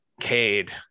Cade